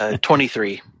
Twenty-three